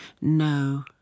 No